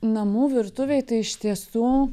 namų virtuvėj tai iš tiesų